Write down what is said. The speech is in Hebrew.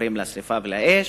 החמצן גורם לשרפה ולאש